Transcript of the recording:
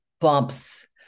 bumps